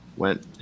Went